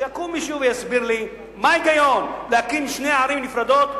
שיקום מישהו ויסביר לי: מה ההיגיון להקים שתי ערים נפרדות,